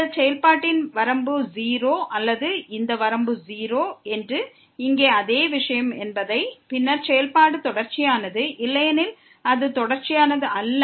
இந்த செயல்பாட்டின் வரம்பு 0 என்றால் பின்னர் செயல்பாடு தொடர்ச்சியானது இல்லையெனில் அது தொடர்ச்சியானது அல்ல